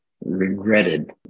Regretted